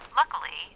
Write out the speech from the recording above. Luckily